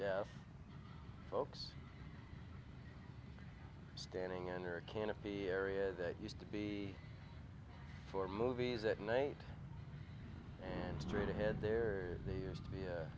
folks standing under a canopy area that used to be for movies at night and straight ahead there they used to be a